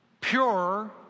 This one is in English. pure